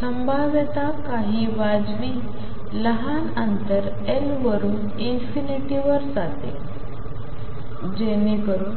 संभाव्यता काही वाजवी लहान अंतर L वरून ∞वर जाते जेणेकरून